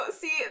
see